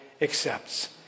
accepts